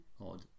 odd